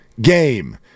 game